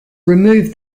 remove